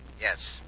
Yes